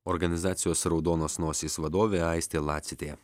organizacijos raudonos nosys vadovė aistė lacitė